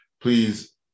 Please